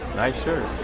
nice to